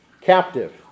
Captive